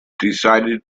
decided